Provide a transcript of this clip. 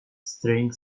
string